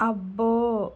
అబ్బో